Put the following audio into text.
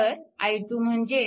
तर i2 म्हणजे